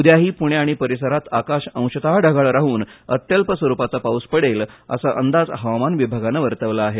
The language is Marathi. उद्याही पूणे आणि परिसरात आकाश अंशतः ढगाळ राहून अत्यल्प स्वरूपाचा पाऊस पडेल असा अंदाज हवामान विभागानं वर्तवला आहे